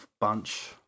bunch